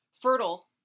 Fertile